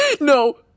No